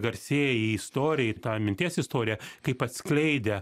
garsieji į istorij tą minties istoriją kaip atskleidę